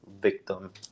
victim